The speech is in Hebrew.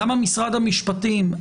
למה משרד המשפטים,